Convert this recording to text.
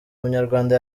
umunyarwanda